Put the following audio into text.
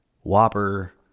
Whopper